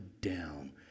down